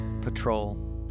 patrol